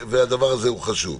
והדבר הזה הוא חשוב.